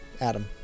Adam